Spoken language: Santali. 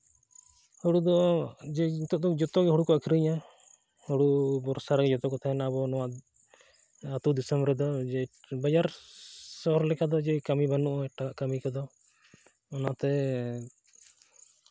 ᱦᱩᱲᱩ ᱫᱚ ᱡᱚᱛᱚᱜᱮ ᱦᱩᱲᱩ ᱠᱚ ᱟᱹᱠᱷᱨᱤᱧᱟ ᱦᱩᱲᱩ ᱵᱷᱚᱨᱥᱟ ᱨᱮ ᱡᱚᱛᱚ ᱠᱚ ᱛᱟᱦᱮᱱᱟ ᱟᱵᱚ ᱱᱚᱣᱟ ᱟᱹᱛᱩ ᱫᱤᱥᱚᱢ ᱨᱮᱫᱚ ᱵᱟᱡᱟᱨ ᱥᱚᱦᱚᱨ ᱞᱮᱠᱟ ᱫᱚ ᱡᱮ ᱠᱟᱹᱢᱤ ᱵᱟᱹᱱᱩᱜᱼᱟ ᱮᱴᱟᱜ ᱠᱟᱹᱢᱤ ᱠᱚᱫᱚ ᱚᱱᱟᱛᱮ